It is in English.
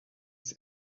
his